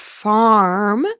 farm